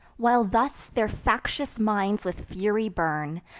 while thus their factious minds with fury burn,